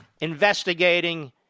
investigating